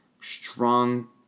strong